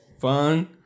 fun